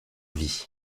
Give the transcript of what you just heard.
vie